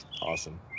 awesome